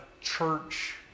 church